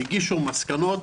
הגישו מסקנות,